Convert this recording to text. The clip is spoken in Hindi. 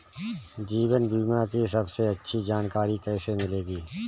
जीवन बीमा की सबसे अच्छी जानकारी कैसे मिलेगी?